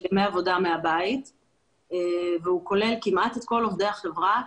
של ימי עבודה מהבית והוא כולל כמעט את כל עובדי החברה,